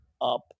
up